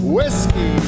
Whiskey